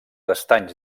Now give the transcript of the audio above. estanys